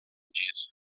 disso